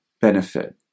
benefit